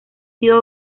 sido